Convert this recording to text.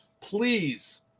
Please